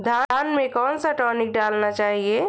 धान में कौन सा टॉनिक डालना चाहिए?